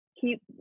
keep